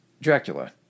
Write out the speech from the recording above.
Dracula